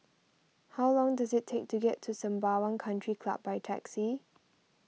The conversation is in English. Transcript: how long does it take to get to Sembawang Country Club by taxi